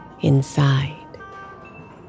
inside